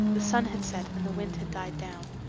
the sun had set and the wind had died down.